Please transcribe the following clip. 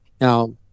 Now